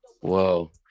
Whoa